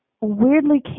weirdly